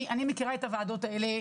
אני מכירה את הוועדות האלה,